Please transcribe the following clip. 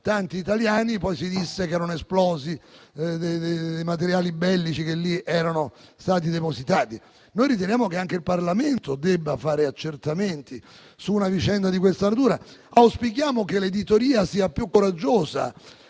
tanti italiani. Poi si disse che erano esplosi dei materiali bellici che lì erano stati depositati. Noi riteniamo che anche il Parlamento debba fare accertamenti su una vicenda di questa natura ed auspichiamo che l'editoria sia più coraggiosa.